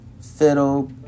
fiddle